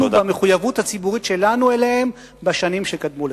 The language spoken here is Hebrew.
במחויבות הציבורית שלנו אליהם בשנים שקדמו לכך.